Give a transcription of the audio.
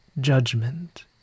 judgment